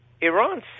Iran